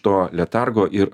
to letargo ir